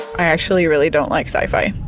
i actually really don't like sci-fi.